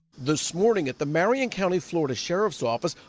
this morning, at the marion county florida sheriff's office,